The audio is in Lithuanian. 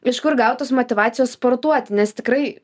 iš kur gaut tos motyvacijos sportuoti nes tikrai